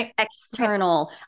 external